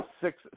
six